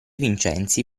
vincenzi